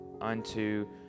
unto